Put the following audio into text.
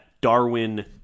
darwin